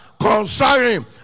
concerning